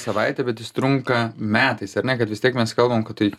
savaitę bet jis trunka metais ar ne kad vis tiek mes kalbam kad tai